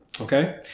Okay